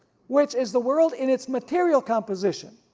which is the world in its material composition,